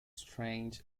strange